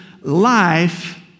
life